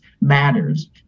matters